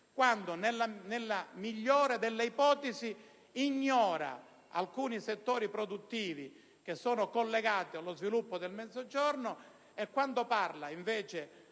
quando, nella migliore delle ipotesi, ignora alcuni settori produttivi collegati allo sviluppo del Mezzogiorno e, se parla di